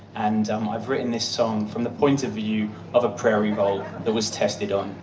and um i've written this song from the point of view of a prairie vole that was tested on.